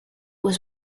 was